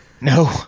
No